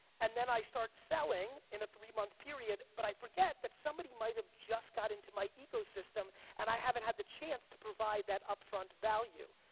and then i start selling in a three month period, but i forget that somebody might have just got into my ecosystem and i haven't had the chance to provide that upfront value.